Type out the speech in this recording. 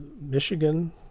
michigan